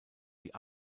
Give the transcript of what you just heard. die